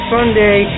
Sunday